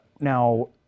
Now